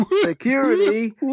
security